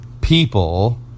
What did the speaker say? people